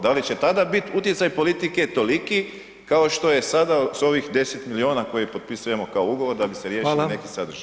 Da li će tada biti utjecaj politike toliki kao što je sada s ovih 10 milijuna koje potpisujemo kao ugovor da bi se riješio neki sadržaj.